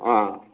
ꯑꯥ